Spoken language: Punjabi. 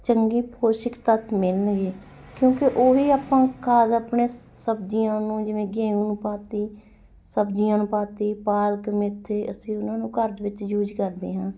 ਚੰਗੀ ਪੌਸ਼ਟਿਕ ਤੱਤ ਮਿਲਣਗੇ ਕਿਉਂਕਿ ਉਹ ਹੀ ਆਪਾਂ ਖਾਦ ਆਪਣੇ ਸ ਸਬਜ਼ੀਆਂ ਨੂੰ ਜਿਵੇਂ ਗੇਹੂੰ ਨੂੰ ਪਾ ਦਿੱਤੀ ਸਬਜਜ਼ੀਆਂ ਨੂੰ ਪਾ ਦਿੱਤੀ ਪਾਲਕ ਮੇਥੇ ਅਸੀਂ ਉਹਨਾਂ ਨੂੰ ਘਰ ਵਿੱਚ ਯੂਜ ਕਰਦੇ ਹਾਂ